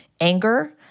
anger